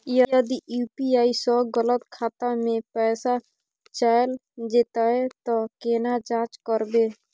यदि यु.पी.आई स गलत खाता मे पैसा चैल जेतै त केना जाँच करबे?